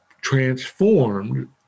transformed